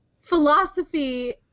philosophy